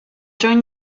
join